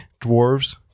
dwarves